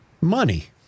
money